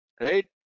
right